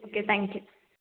okay thank you